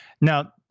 Now